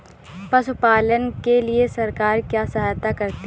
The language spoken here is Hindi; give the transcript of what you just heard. पशु पालन के लिए सरकार क्या सहायता करती है?